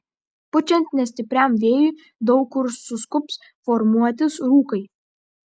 pučiant nestipriam vėjui daug kur suskubs formuotis rūkai